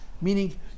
meaning